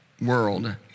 world